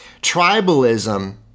Tribalism